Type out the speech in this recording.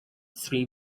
three